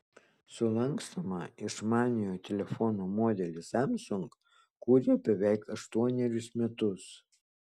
sulankstomą išmaniojo telefono modelį samsung kūrė beveik aštuonerius metus